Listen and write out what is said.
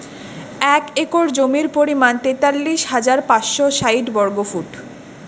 এক একর জমির পরিমাণ তেতাল্লিশ হাজার পাঁচশ ষাইট বর্গফুট